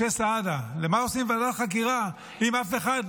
משה סעדה, למה עושים ועדת חקירה, אם אף אחד,